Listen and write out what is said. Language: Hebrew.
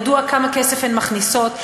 ידוע כמה כסף הן מכניסות,